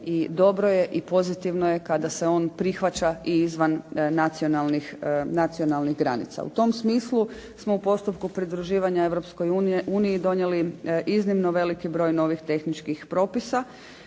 dobro je i pozitivno je kada se on prihvaća i izvan nacionalnih granica. U tom smislu smo u postupku pridruživanja Europskoj uniji donijeli iznimno veliki broj novih tehničkih propisa.